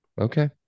Okay